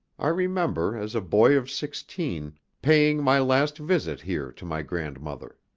i remember, as a boy of sixteen, paying my last visit here to my grandmother.